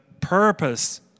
purpose